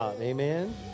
amen